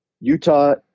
Utah